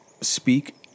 speak